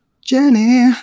Jenny